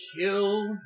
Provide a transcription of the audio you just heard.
kill